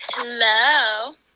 hello